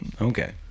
okay